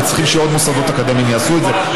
וצריכים שעוד מוסדות אקדמיים יעשו את זה.